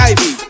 Ivy